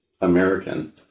American